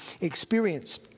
experience